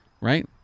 right